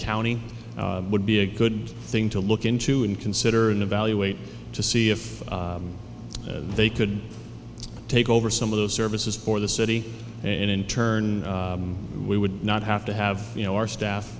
county would be a good thing to look into and consider and evaluate to see if they could take over some of the services for the city and in turn we would not have to have you know our staff